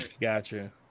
Gotcha